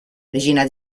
regina